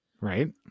Right